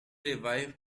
revive